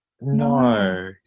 No